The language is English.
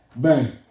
Man